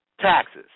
Taxes